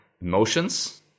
emotions